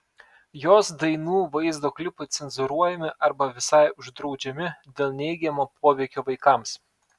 jos dainų vaizdo klipai cenzūruojami arba visai uždraudžiami dėl neigiamo poveikio vaikams